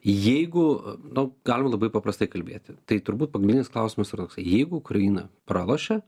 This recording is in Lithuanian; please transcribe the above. jeigu nu galima labai paprastai kalbėti tai turbūt pagrindinis klausimas yra toksai jeigu ukraina pralošia